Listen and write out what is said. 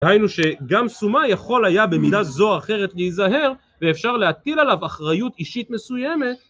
ראינו שגם סומה יכולה היה במידה זו או אחרת להיזהר ואפשר להטיל עליו אחריות אישית מסוימת